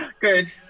Good